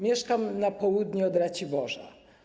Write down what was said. Mieszkam na południe od Raciborza.